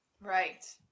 right